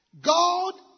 God